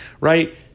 right